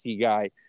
guy